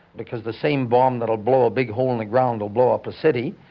because the same bomb that'll blow a big hole in the ground will blow up a city.